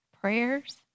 prayers